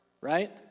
right